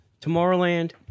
Tomorrowland